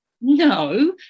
No